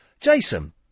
Jason